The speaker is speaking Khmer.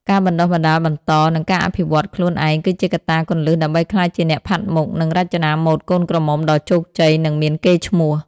ការបណ្តុះបណ្តាលបន្ត និងការអភិវឌ្ឍន៍ខ្លួនឯងគឺជាកត្តាគន្លឹះដើម្បីក្លាយជាអ្នកផាត់មុខ និងរចនាម៉ូដកូនក្រមុំដ៏ជោគជ័យ និងមានកេរ្តិ៍ឈ្មោះ។